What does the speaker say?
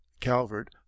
Calvert